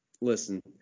Listen